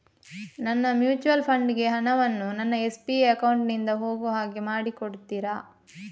ನನ್ನ mutual fund ಗೆ ಹಣ ವನ್ನು ನನ್ನ ಎಸ್.ಬಿ ಅಕೌಂಟ್ ನಿಂದ ಹೋಗು ಹಾಗೆ ಮಾಡಿಕೊಡುತ್ತೀರಾ?